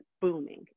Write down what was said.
booming